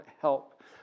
help